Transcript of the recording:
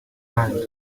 land